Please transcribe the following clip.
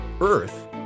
Earth